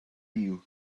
you